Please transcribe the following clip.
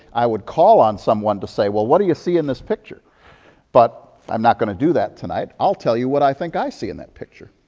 i would call on someone to say, iwell what do you see in this picture i but i'm not going to do that tonight. i'll tell you what i think i see in that picture.